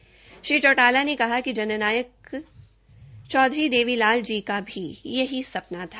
दृष्यंत चौटाला ने कहा कि जननायक चौधरी देवीलाल जी का भी यही सपना था